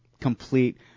complete